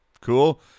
Cool